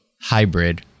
hybrid